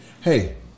Hey